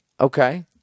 Okay